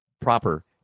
proper